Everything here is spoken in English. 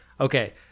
okay